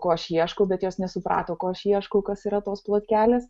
ko aš ieškau bet jos nesuprato ko aš ieškau kas yra tos plotkelės